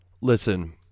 listen